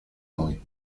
noi